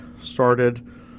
started